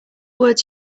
words